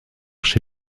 chez